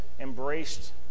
embraced